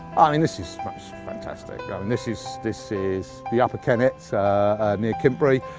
um mean this is fantastic. this is this is the upper kennet near kintbury.